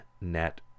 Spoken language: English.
net